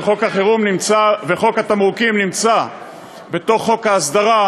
וחוק התמרוקים נמצא בתוך חוק ההסדרים